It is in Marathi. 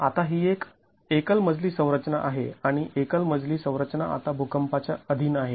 आता ही एक एकल मजली संरचना आहे आणि एकल मजली संरचना आता भुकंपाच्या अधीन आहे